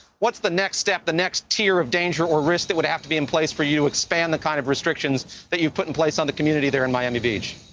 what's the next step, the next tier of danger or risk that would have to be in place for you and like span the kind of restrictions that you put in place on the community there in miami beach?